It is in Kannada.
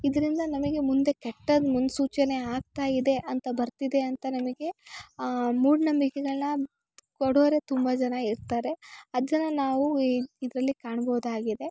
ಇದ್ರಿಂದ ನಮಗೆ ಮುಂದೆ ಕೆಟ್ಟ ಮುನ್ಸೂಚನೆ ಆಗ್ತಾ ಇದೆ ಅಂತ ಬರ್ತಿದೆ ಅಂತ ನಮಗೆ ಮೂಢನಂಬಿಕೆಗಳ್ನ ಕೊಡೋರೇ ತುಂಬ ಜನ ಇರ್ತಾರೆ ಅದನ್ನು ನಾವು ಇದರಲ್ಲಿ ಕಾಣ್ಬೋದಾಗಿದೆ